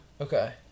Okay